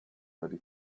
ready